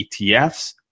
ETFs